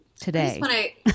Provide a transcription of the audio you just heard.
today